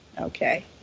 okay